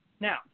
Now